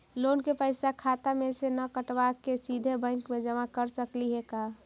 Loan के पैसा खाता मे से न कटवा के सिधे बैंक में जमा कर सकली हे का?